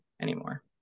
anymore